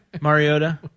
Mariota